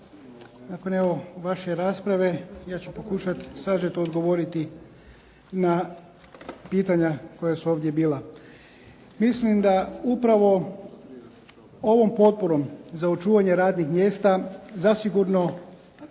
Nakon evo vaše rasprave ja ću pokušati sažeto odgovoriti na pitanja koja su ovdje bila. Mislim da upravo ovom potporom za očuvanje radnih mjesta zasigurno